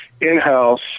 in-house